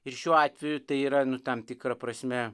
ir šiuo atveju tai yra nu tam tikra prasme